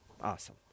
awesome